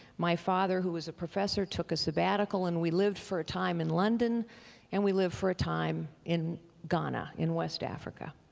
my father who was a professor took a sabbatical and we lived for a time in london and we lived for a time in ghana, in west africa.